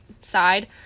side